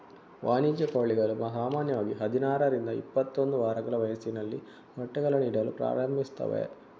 ವಾಣಿಜ್ಯ ಕೋಳಿಗಳು ಸಾಮಾನ್ಯವಾಗಿ ಹದಿನಾರರಿಂದ ಇಪ್ಪತ್ತೊಂದು ವಾರಗಳ ವಯಸ್ಸಿನಲ್ಲಿ ಮೊಟ್ಟೆಗಳನ್ನು ಇಡಲು ಪ್ರಾರಂಭಿಸುತ್ತವೆ